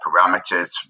parameters